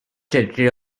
territory